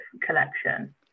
collection